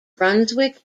brunswick